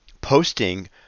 posting